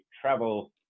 travel